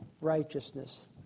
righteousness